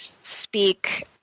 speak